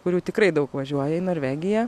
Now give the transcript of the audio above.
kurių tikrai daug važiuoja į norvegiją